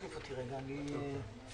הוצאה ממשלתית אנחנו מסבירים מהי הוצאה ממשלתית,